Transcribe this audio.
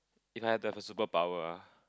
if I have the superpower uh